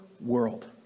world